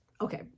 okay